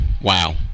wow